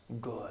good